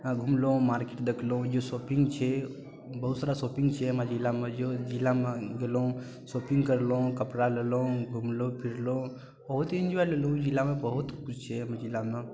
घूमलहुँ market देखलहुँ जे shopping छै बहुत सारा शॉपिङ्ग छै हमरा जिलामे जिलामे गेलहुँ शॉपिङ्ग करलहुँ कपड़ा लेलहुँ घूमलहुँ फिरलहुँ बहुत इंजॉय लेलहुँ ओ जिलामे बहुत किछु छै हमर जिलामे